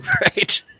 Right